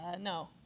No